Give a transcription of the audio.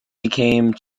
became